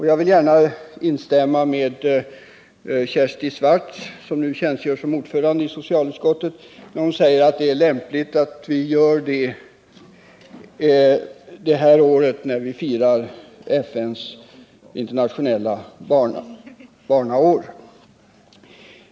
Jag vill gärna instämma med Kersti Swartz, som nu tjänstgör som ordförande i socialutskottet, då hon säger att det är lämpligt att vi beslutar om föräldrautbildningen just detta år då vi firar FN:s internationella barnår.